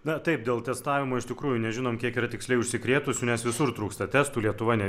na taip dėl testavimo iš tikrųjų nežinom kiek yra tiksliai užsikrėtusių nes visur trūksta testų lietuva ne